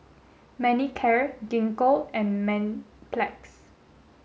Manicare Gingko and Mepilex